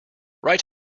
right